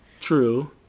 True